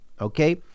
Okay